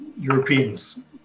Europeans